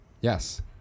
Yes